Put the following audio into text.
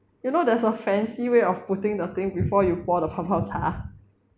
you know there's a fancy way of putting the thing before you pour the 泡泡茶